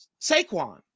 Saquon